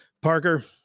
Parker